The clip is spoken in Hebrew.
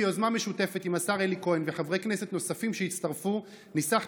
ביוזמה משותפת עם השר אלי כהן וחברי כנסת נוספים שהצטרפו ניסחתי